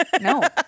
No